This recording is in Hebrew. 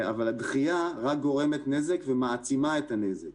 אבל הדחייה רק גורמת נזק ומעצימה את הנזק.